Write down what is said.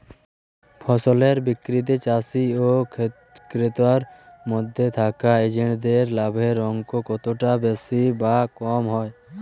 ফসলের বিক্রিতে চাষী ও ক্রেতার মধ্যে থাকা এজেন্টদের লাভের অঙ্ক কতটা বেশি বা কম হয়?